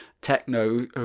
techno